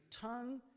tongue